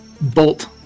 bolt